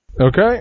Okay